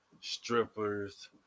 strippers